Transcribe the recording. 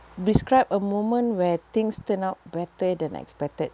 describe a moment where things turn out better than expected